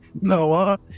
Noah